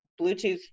Bluetooth